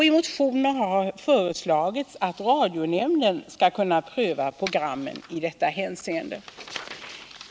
I motioner har förslagits att radionämnden skall kunna pröva programmen i detta hänseende.